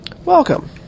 Welcome